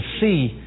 see